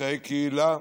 וחיי קהילה.